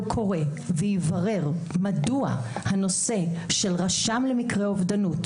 קורא ויברר מדוע הנושא של רשם למקרה אובדנות,